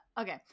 okay